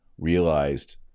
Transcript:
realized